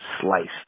sliced